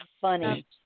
funny